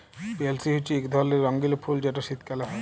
পেলসি হছে ইক ধরলের রঙ্গিল ফুল যেট শীতকাল হ্যয়